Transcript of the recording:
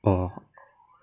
orh